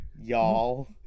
y'all